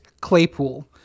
Claypool